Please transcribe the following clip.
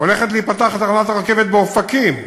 הולכת להיפתח תחנת הרכבת באופקים,